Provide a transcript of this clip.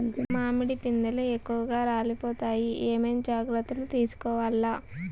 మామిడి పిందెలు ఎక్కువగా రాలిపోతాయి ఏమేం జాగ్రత్తలు తీసుకోవల్ల?